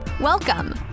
Welcome